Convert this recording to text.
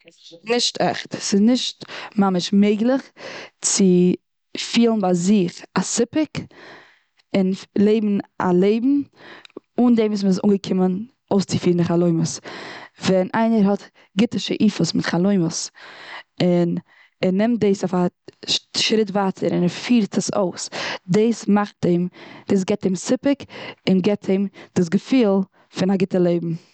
נישט עכט. ס'איז נישט ממש מעגליך, צו פילן ביי זיך א סיפוק, און לעבן א לעבן, אן דעם וואס מ'איז אנגעקומען אויסצופירן די חלומות. ווען איינער האט גוטע שאיפות מיט חלומות, און ער נעמט דאס אויף א ש- שריט ווייטער און ער פירט עס אויס. דאס מאכט אים, דאס געבט אים סיפוק, און גיבט אים דאס געפיל פון א גוטע לעבן.